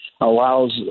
allows